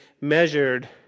measured